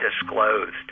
disclosed